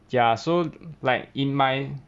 ya so like in my